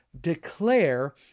declare